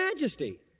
majesty